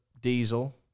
diesel